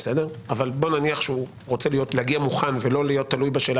אבל נניח שהוא רוצה להגיע מוכן ולא להיות תלוי בשאלה